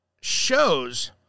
shows